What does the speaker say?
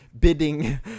bidding